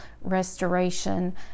restoration